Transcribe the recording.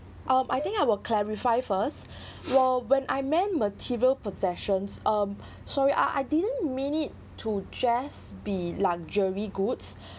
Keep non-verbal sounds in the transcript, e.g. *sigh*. um I think I will clarify first *breath* *breath* while when I meant material possessions *breath* um sorry I I didn't mean it to just be luxury goods